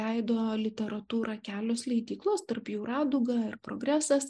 leido literatūrą kelios leidyklos tarp jų raduga ir progresas